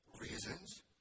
reasons